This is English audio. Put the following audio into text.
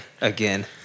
Again